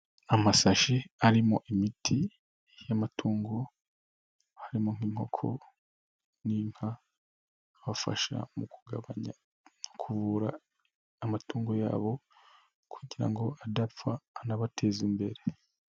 Amasashi arimo imiti y'amatungo, harimo inkoko n'inka abafasha mu kugabanya mu kuvura amatungo yabo kugira ngo adapfa anabateze imbere.